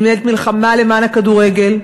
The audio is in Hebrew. אני מנהלת מלחמה למען הכדורגל.